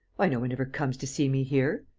why, no one ever comes to see me here!